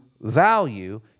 value